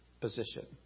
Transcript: position